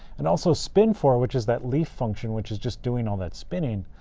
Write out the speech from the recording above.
and also spinfor, which is that leaf function which is just doing all that spinning,